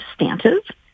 substantive